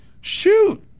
shoot